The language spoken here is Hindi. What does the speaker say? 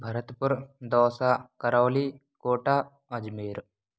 भरतपुर दौसा करौली कोटा अजमेर